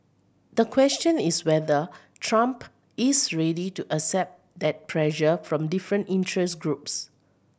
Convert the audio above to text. the question is whether Trump is ready to accept that pressure from different interest groups